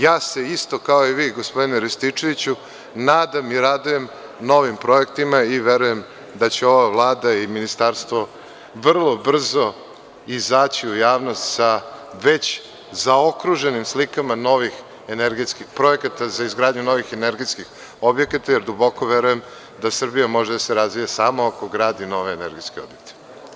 Ja se isto kao i vi, gospodine Rističeviću, nadam i radujem novim projektima i verujem da će ova Vlada i ministarstvo vrlo brzo izaći u javnost sa već zaokruženim slikama novih energetskih projekata za izgradnju novih energetskih objekata, jer duboko verujem da Srbija može da se razvija samo ako gradi nove energetske objekte.